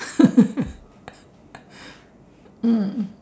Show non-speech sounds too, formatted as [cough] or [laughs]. [laughs] mm